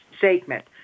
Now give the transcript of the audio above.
segment